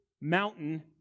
mountain